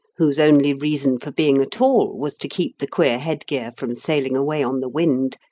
whose only reason for being at all was to keep the queer head-gear from sailing away on the wind,